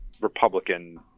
republican